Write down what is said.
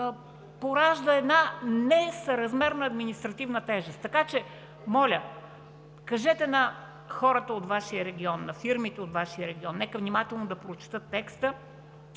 поражда една несъразмерна административна тежест, така че, моля, кажете на хората от Вашия регион, на фирмите от Вашия регион – нека внимателно да прочетат текста